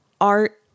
art